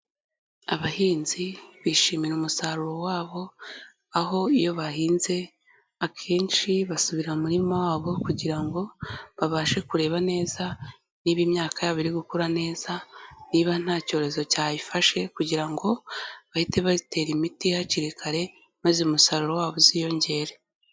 Abahinzi bishimira umusaruro wabo, aho iyo bahinze akenshi basubira mu murima wabo kugira ngo babashe kureba neza niba imyaka yabo iri gukura neza, niba nta cyorezo cyayifashe kugira ngo bahite batera imiti hakiri kare maze umusaruro wabo uziyongere.